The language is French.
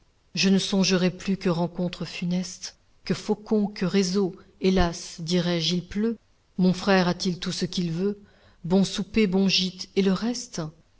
je ne songerai plus que rencontre funeste que faucons que réseaux hélas dirai-je il pleut mon frère a-t-il tout ce qu'il veut bon soupé bon gîte et le reste